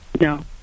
No